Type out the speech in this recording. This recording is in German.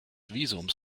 visums